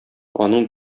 аның